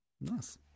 Nice